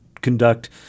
conduct